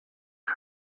uma